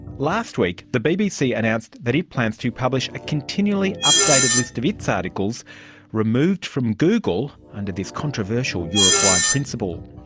last week the bbc announced that it plans to publish a continually updated list of its articles removed from google under this this controversial europe-wide principle.